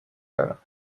دارم